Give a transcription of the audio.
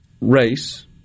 race